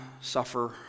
suffer